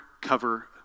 cover